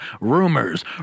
rumors